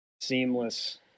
seamless